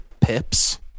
pips